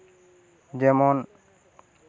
ᱡᱮᱢᱚᱱ